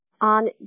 on